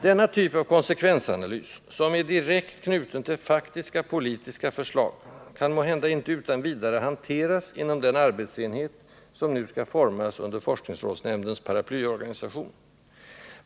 Denna typ av konsekvensanalys, som är direkt knuten till faktiska politiska förslag, kan måhända inte utan vidare hanteras inom den arbetsenhet som nu skall formas under forskningsrådsnämndens paraplyorganisation.